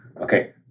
Okay